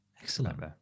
excellent